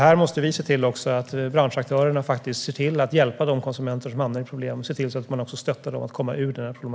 Här måste vi se till att branschaktörerna hjälper och stöttar de konsumenter som får problem.